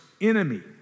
enemy